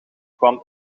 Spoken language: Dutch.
kwam